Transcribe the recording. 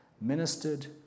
ministered